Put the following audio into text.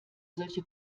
solche